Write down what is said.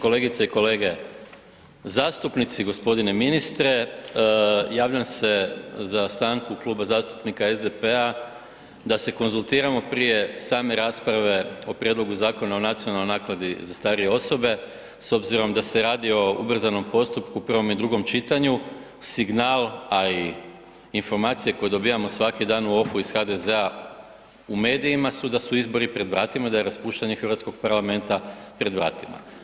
Kolegice i kolege zastupnici, gospodine ministre javljam se za stanku Kluba zastupnika SDP-a da se konzultiramo prije same rasprave o Prijedlogu Zakona o nacionalnoj naknadi za starije osobe s obzirom da se radi o ubrzanom postupku, prvom i drugom čitanju, signal, a i informacije koje dobijamo svaki dan u ofu iz HDZ-a u medijima su da su izbori pred vratima, da je raspuštanje hrvatskog parlamenta pred vratima.